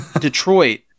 Detroit